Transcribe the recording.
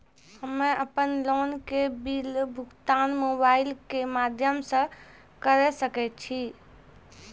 हम्मे अपन लोन के बिल भुगतान मोबाइल के माध्यम से करऽ सके छी?